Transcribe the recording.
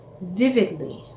vividly